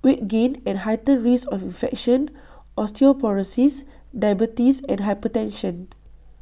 weight gain and A heightened risk of infection osteoporosis diabetes and hypertension